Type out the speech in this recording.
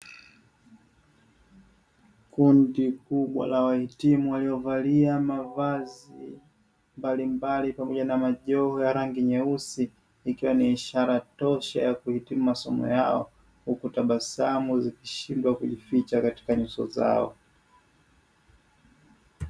Kundi kubwa la wahitimu waliovalia mavazi mbalimbali pamoja na majoho ya rangi nyeusi ikiwa ni ishara tosha ya kuhitimu masomo yao. Huku tabasamu zikishindwa kujificha katika nyuso zao.